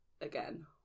again